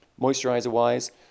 Moisturizer-wise